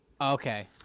Okay